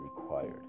required